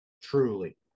Truly